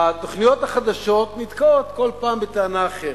התוכניות החדשות נתקעות, כל פעם בטענה אחרת,